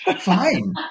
Fine